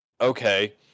okay